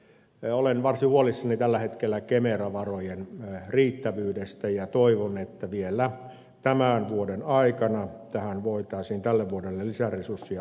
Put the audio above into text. olen varsin huolissani tällä hetkellä kemera varojen riittävyydestä ja toivon että vielä tämän vuoden aikana tähän voitaisiin tälle vuodelle lisäresursseja osoittaa